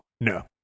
No